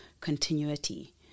continuity